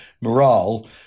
morale